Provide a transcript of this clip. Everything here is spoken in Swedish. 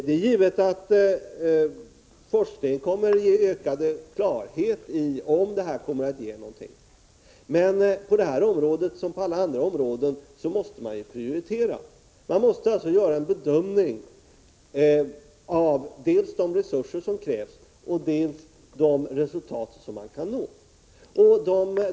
Det är givet att forskningen kommer att ge ökad klarhet i om detta kan ge någonting. Men på detta område som på alla andra områden måste man ju prioritera. Man måste alltså göra en bedömning av dels de resurser som krävs, dels de resultat som man kan nå.